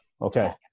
Okay